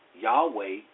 Yahweh